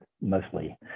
mostly